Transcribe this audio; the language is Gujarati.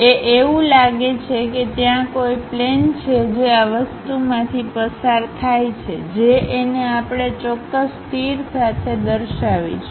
એએવું લાગે છે કે ત્યાં કોઈ પ્લેન છે જે આ વસ્તુમાંથી પસાર થાય છે જે એને આપણે ચોક્કસ તીર સાથે દર્શાવીશુ